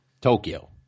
Tokyo